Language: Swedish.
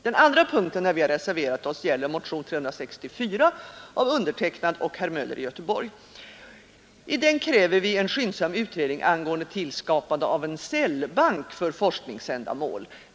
Den andra punkten där vi har reserverat oss gäller motion nr 364 av mig själv och herr Möller i Göteborg, i vilken vi kräver en skyndsam utredning angående tillskapande av en cellbank för forskningsändamål.